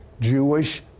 Jewish